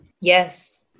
Yes